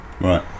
Right